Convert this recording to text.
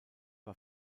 war